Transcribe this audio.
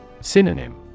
Synonym